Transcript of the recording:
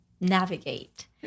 navigate